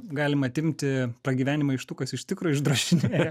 galim atimti pragyvenimą iš tų kas iš tikro išdrožinėja